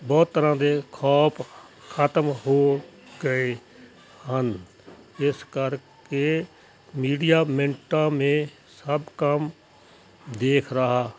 ਬਹੁਤ ਤਰ੍ਹਾਂ ਦੇ ਖੌਫ਼ ਖਤਮ ਹੋ ਗਏ ਹਨ ਇਸ ਕਰਕੇ ਮੀਡੀਆ ਮਿੰਟਾਂ ਮੇਂ ਸਭ ਕਾਮ ਦੇਖ ਰਹਾ